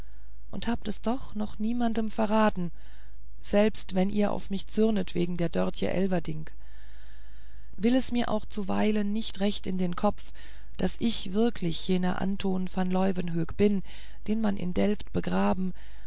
und habt es doch noch niemanden verraten selbst wenn ihr auf mich zürntet wegen der dörtje elverdink will es mir auch zu weilen nicht recht in den kopf daß ich wirklich jener anton van leuwenhoek bin den man in delft begraben